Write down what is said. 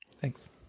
Thanks